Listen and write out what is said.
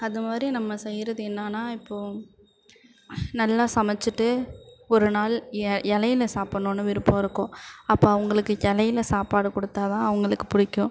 அது மாதிரி நம்ம செய்கிறது என்னென்னா இப்போது நல்லா சமைச்சிட்டு ஒரு நாள் எ இலையில சாப்பிட்ணுன்னு விருப்பம் இருக்கும் அப்போ அவங்களுக்கு இலையில சாப்பாடு கொடுத்தா தான் அவங்களுக்கு பிடிக்கும்